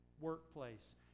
workplace